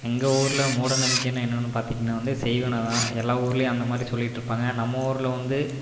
எங்கள் ஊரில் மூடநம்பிக்கைனு என்னன்னு பார்த்திங்கனா வந்து செய்வினதான் எல்லா ஊருலயும் அந்த மாரி சொல்லிட்டுருப்பாங்க நம்ப ஊரில் வந்து